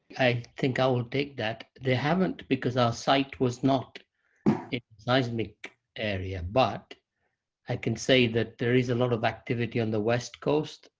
i think i'll take that. they haven't, because our site was not a seismic area. but i can say that there is a lot of activity on the west coast,